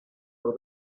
all